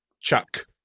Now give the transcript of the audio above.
Chuck